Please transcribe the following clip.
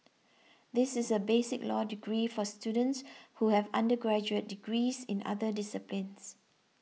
this is a basic law degree for students who have undergraduate degrees in other disciplines